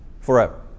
Forever